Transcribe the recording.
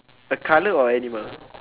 a colour or animal